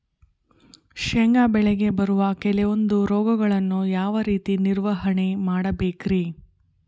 ಶೇಂಗಾ ಬೆಳೆಗೆ ಬರುವ ಕೆಲವೊಂದು ರೋಗಗಳನ್ನು ಯಾವ ರೇತಿ ನಿರ್ವಹಣೆ ಮಾಡಬೇಕ್ರಿ?